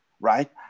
right